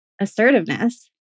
assertiveness